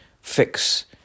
Fix